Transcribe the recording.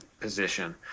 position